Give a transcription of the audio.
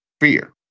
fear